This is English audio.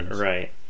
Right